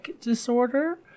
disorder